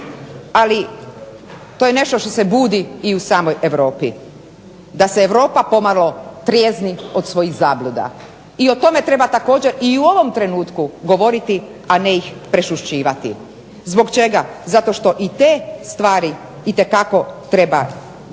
ali to je nešto što se budi i u samoj Europi, da se Europa pomalo trijezni od svojih zabluda, i o tome treba također u ovom trenutku govoriti a ne ih prešućivati. Zbog čega? Zbog toga što i te stvari itekako treba mijenjati.